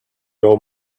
old